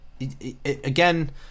again